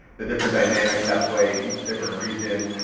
the different dynamics at play in each different region,